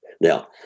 Now